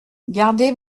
gardez